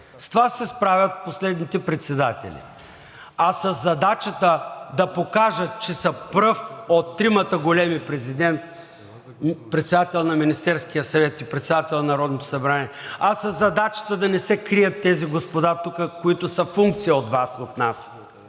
С това се справят последните председатели. А със задачата да покажат, че са пръв от тримата големи – президент, председател на Министерския съвет и председател на Народното събрание, а със задачата да не се крият тези господа тук, които са функция от Вас, от нас,